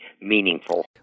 meaningful